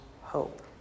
hope